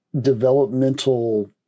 developmental